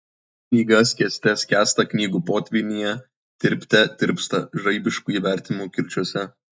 knyga skęste skęsta knygų potvynyje tirpte tirpsta žaibiškų įvertinimų kirčiuose